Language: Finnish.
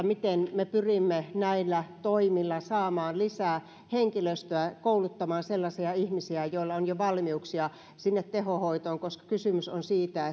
miten me pyrimme näillä toimilla saamaan lisää henkilöstöä kouluttamaan sellaisia ihmisiä joilla on jo valmiuksia sinne tehohoitoon koska kysymys on siitä